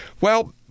Well-